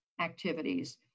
activities